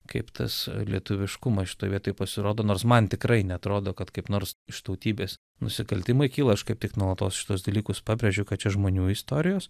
kaip tas lietuviškumas šitoj vietoj pasirodo nors man tikrai neatrodo kad kaip nors iš tautybės nusikaltimai kyla iš kaip tik nuolatos šituos dalykus pabrėžiu kad čia žmonių istorijos